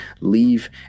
leave